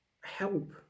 help